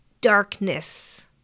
darkness